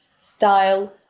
style